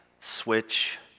switch